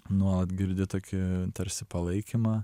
nuolat girdi tokį tarsi palaikymą